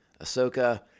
Ahsoka